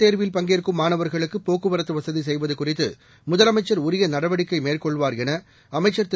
தேர்வில் பங்கேற்கும் மாணவர்களுக்கு போக்குவரத்து வசதி செய்வது குறித்து நீட் முதலமைச்சர் உரிய நடவடிக்கை மேற்கொள்வார் என அமைச்சர் திரு